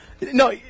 no